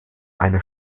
eine